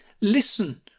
listen